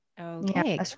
Okay